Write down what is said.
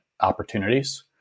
opportunities